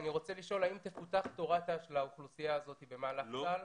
האם תפותח תורת ת"ש לאוכלוסייה הזאת במהלך צה"ל?